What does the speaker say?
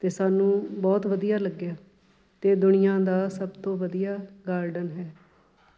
ਅਤੇ ਸਾਨੂੰ ਬਹੁਤ ਵਧੀਆ ਲੱਗਿਆ ਅਤੇ ਦੁਨੀਆ ਦਾ ਸਭ ਤੋਂ ਵਧੀਆ ਗਾਰਡਨ ਹੈ